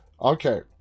Okay